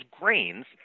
grains